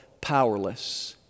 powerless